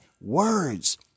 words